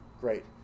Great